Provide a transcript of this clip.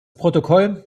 protokoll